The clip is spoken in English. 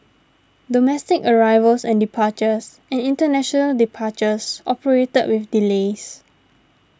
domestic arrivals and departures and international departures operated with delays